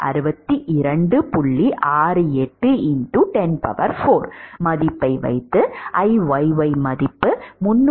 68x 10 4 மதிப்பை வைத்து Iyy மதிப்பு 310